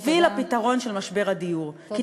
בשביל הפתרון של משבר הדיור, תודה.